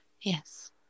yes